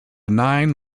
nine